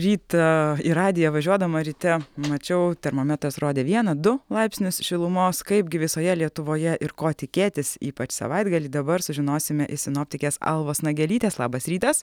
rytą į radiją važiuodama ryte mačiau termometras rodė vieną du laipsnius šilumos kaipgi visoje lietuvoje ir ko tikėtis ypač savaitgalį dabar sužinosime iš sinoptikės alvos nagelytės labas rytas